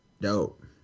dope